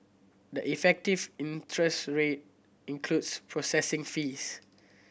the effective interest rate includes processing fees